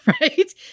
right